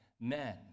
men